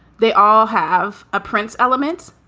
they all have a prince element,